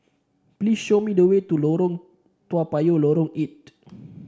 please show me the way to Lorong Toa Payoh Lorong Eight